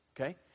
okay